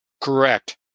Correct